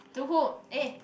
to who eh